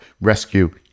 rescue